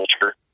culture